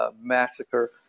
massacre